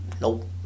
Nope